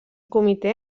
comitè